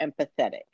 empathetic